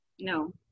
No